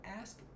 ask